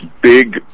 big